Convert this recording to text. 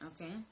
Okay